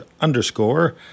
underscore